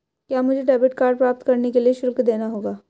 क्या मुझे debit card प्राप्त करने के लिए शुल्क देना होगा?